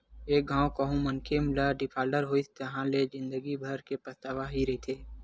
एक घांव कहूँ मनखे ह डिफाल्टर होइस ताहाँले ले जिंदगी भर के पछतावा ही रहिथे